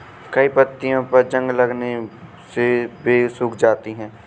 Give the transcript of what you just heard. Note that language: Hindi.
कई पत्तियों पर जंग लगने से वे सूख जाती हैं